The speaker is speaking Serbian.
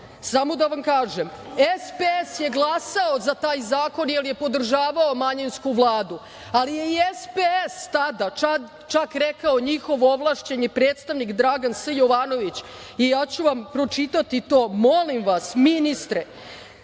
samo da vam kažem, SPS je glasao za taj zakon jer je podržavao manjinsku Vladu, ali je i SPS tada, čak je rekao i njihov ovlašćeni predstavnik Dragan S. Jovanović, pročitaću vam to – molim vas ministre